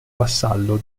vassallo